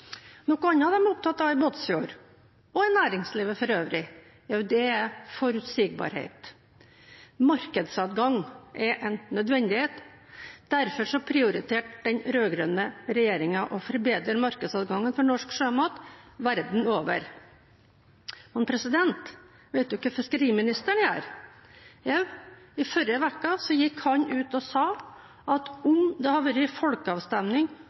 Noe annet som de er opptatt av i Båtsfjord og i næringslivet for øvrig, er forutsigbarhet. Markedsadgang er en nødvendighet. Derfor prioriterte den rød-grønne regjeringen å forbedre markedsadgangen for norsk sjømat verden over. Men hva gjør fiskeriministeren? Jo, i forrige uke gikk han ut og sa at om det hadde vært folkeavstemning